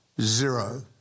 Zero